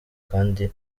kandi